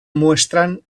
muestran